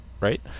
right